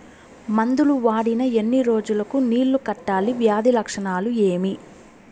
మందులు వాడిన ఎన్ని రోజులు కు నీళ్ళు కట్టాలి, వ్యాధి లక్షణాలు ఏమి?